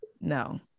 no